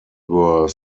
were